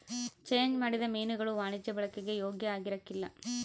change ಮಾಡಿದ ಮೀನುಗುಳು ವಾಣಿಜ್ಯ ಬಳಿಕೆಗೆ ಯೋಗ್ಯ ಆಗಿರಕಲ್ಲ